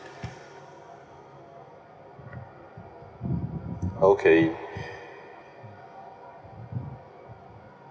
okay